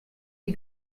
die